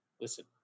Listen